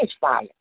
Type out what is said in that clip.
fire